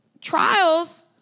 trials